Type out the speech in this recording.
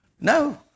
No